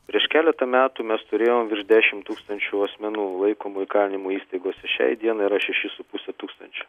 prieš keletą metų mes turėjom virš dešim tūkstančių asmenų laikomų įkalinimo įstaigose šiai dienai yra šeši su puse tūkstančio